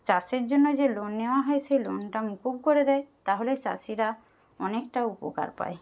চাষের জন্য যে লোন নেওয়া হয়েছে লোনটা মুকুব করে দেয় তাহলে চাষিরা অনেকটা উপকার পায়